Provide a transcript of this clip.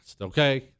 Okay